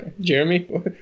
Jeremy